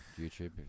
YouTube